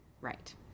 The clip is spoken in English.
right